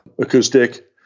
acoustic